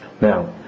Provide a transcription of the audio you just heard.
now